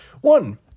One